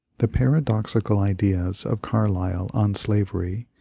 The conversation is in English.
the paradoxical ideas of carlyle on slavery,